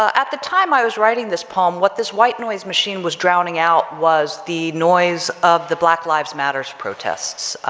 ah at the time i was writing this poem what this white noise machine was drowning out was the noise of the black lives matters protests,